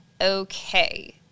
Okay